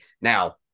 Now